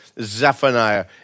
Zephaniah